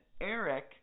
Eric